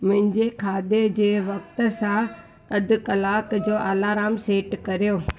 मुंहिंजे खाधे जे वक़्त सां अधु कलाक जो अलाराम सेट कयो